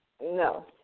No